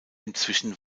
inzwischen